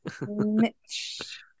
Mitch